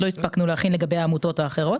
לא הספקנו להכין לגבי העמותות האחרות.